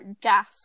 gas